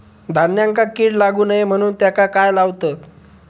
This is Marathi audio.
धान्यांका कीड लागू नये म्हणून त्याका काय लावतत?